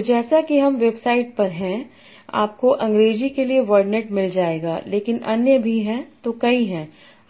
तो जैसा कि इस वेबसाइट पर है आपको अंग्रेजी के लिए वर्डनेट मिल जाएगा लेकिन अन्य भी हैं तो कई हैं